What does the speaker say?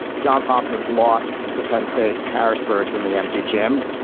johns hopkins lost to penn state, harrisburg in the empty gym,